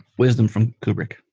wisdom from kubrick.